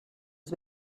has